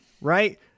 right